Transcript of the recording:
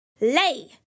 Lay